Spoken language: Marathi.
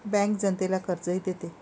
बँक जनतेला कर्जही देते